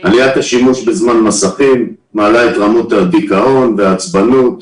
עליית השימוש בזמן מסכים מעלה את רמות הדיכאון והעצבנות.